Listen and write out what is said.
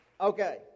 Okay